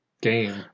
game